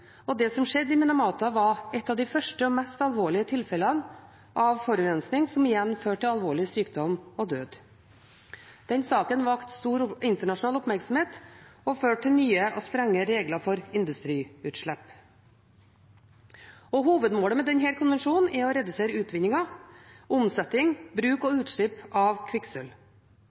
næringskjeden. Det som skjedde i Minamata, var et av de første og mest alvorlige tilfellene av forurensning, som igjen førte til alvorlig sykdom og død. Den saken vakte stor internasjonal oppmerksomhet og førte til nye og strengere regler for industriutslipp. Hovedmålet med denne konvensjonen er å redusere utvinning, omsetning, bruk og utslipp av